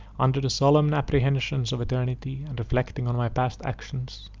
under the solemn apprehensions of eternity, and reflecting on my past actions,